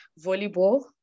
volleyball